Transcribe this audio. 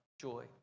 joy